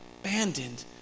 abandoned